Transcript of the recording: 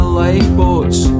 lifeboats